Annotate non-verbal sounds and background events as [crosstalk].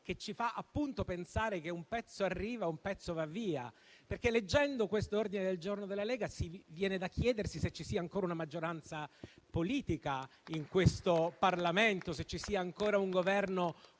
che ci fa appunto pensare che un pezzo arriva e un pezzo va via. Leggendo l'ordine del giorno della Lega viene da chiedersi se ci sia ancora una maggioranza politica in questo Parlamento [applause] e se ci sia ancora un Governo compatto